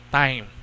time